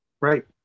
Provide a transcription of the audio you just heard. right